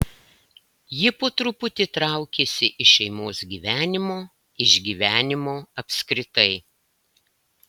ji po truputį traukėsi iš šeimos gyvenimo iš gyvenimo apskritai